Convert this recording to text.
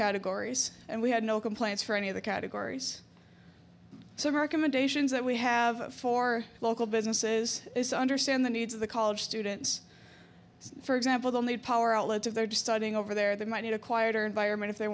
categories and we had no complaints for any of the categories so mark imitations that we have for local businesses to understand the needs of the college students for example that need power outlets if they're just starting over there they might need a quieter environment if they